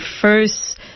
first